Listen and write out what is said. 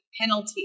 penalty